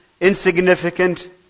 insignificant